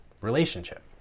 relationship